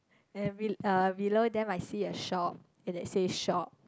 every uh below them I see a shop and that say shop